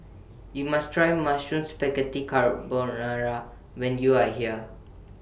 YOU must Try Mushroom Spaghetti Carbonara when YOU Are here